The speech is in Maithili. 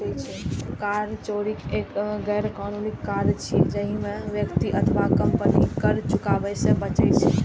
कर चोरी गैरकानूनी काज छियै, जाहि मे व्यक्ति अथवा कंपनी कर चुकाबै सं बचै छै